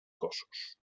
cossos